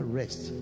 rest